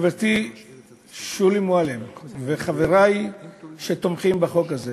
חברתי שולי מועלם וחברי שתומכים בחוק הזה,